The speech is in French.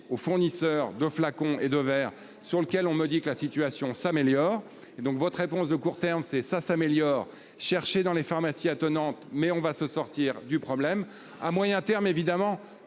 aux fournisseurs de flacons et de verre sur lequel, on me dit que la situation s'améliore et donc votre réponse de court terme c'est ça s'améliore chercher dans les pharmacies attenante mais on va se sortir du problème à moyen terme, évidemment,